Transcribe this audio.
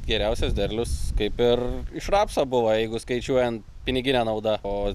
geriausias derlius kaip ir iš rapso buvo jeigu skaičiuojant pinigine nauda o